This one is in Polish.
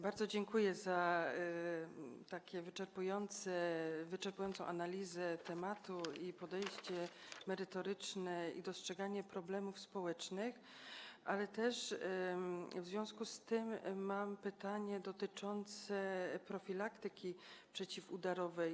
Bardzo dziękuję za taką wyczerpującą analizę tematu, za podejście merytoryczne i dostrzeganie problemów społecznych, ale też w związku z tym mam pytanie dotyczące profilaktyki przeciwudarowej.